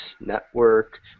network